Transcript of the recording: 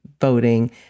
voting